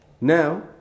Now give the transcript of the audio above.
Now